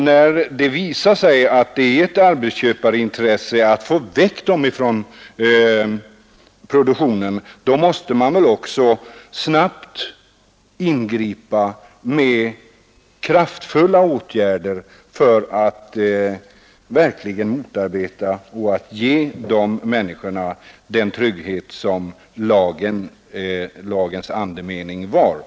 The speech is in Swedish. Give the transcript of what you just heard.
När det visar sig att det är ett arbetsköparintresse att få väck dem fran produktionen maste man väl snabbt ingripa med kraftfulla ätgärder för att verkligen motarbeta tendenserna och ge de människorna den trygghet som är andemeningen i lagen.